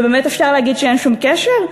ובאמת אפשר להגיד שאין שום קשר?